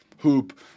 hoop